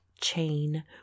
chain